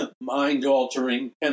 mind-altering